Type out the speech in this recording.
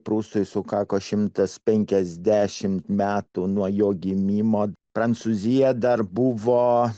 prūsai sukako šimtas penkiasdešimt metų nuo jo gimimo prancūzija dar buvo